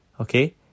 Okay